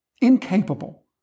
incapable